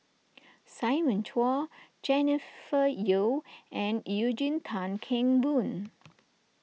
Simon Chua Jennifer Yeo and Eugene Tan Kheng Boon